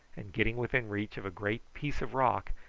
and getting within reach of a great piece of rock,